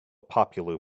popular